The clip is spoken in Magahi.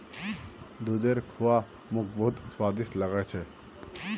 दूधेर खुआ मोक बहुत स्वादिष्ट लाग छ